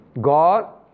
God